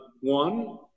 One